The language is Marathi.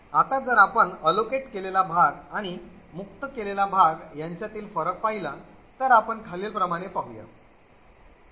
आता जर आपण allocate केलेला भाग आणि मुक्त केलेला भाग यांच्यातील फरक पाहिला तर आपण खालीलप्रमाणे पाहूया